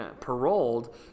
paroled